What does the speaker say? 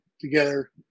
together